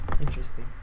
Interesting